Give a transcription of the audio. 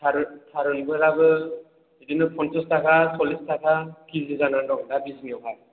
थारुनफोराबो बिदिनो पन्चास टाका सल्लिस टाका के जि जानानै दं दा बिजनिआवहाय